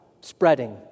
spreading